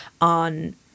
on